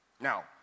Now